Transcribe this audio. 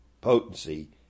potency